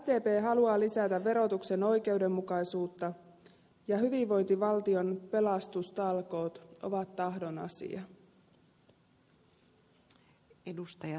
sdp haluaa lisätä verotuksen oikeudenmukaisuutta ja hyvinvointivaltion pelastustalkoot ovat tahdon asia